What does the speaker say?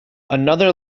another